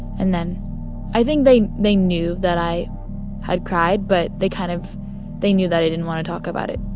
and then i think they they knew that i had cried. but they kind of they knew that i didn't want to talk about it.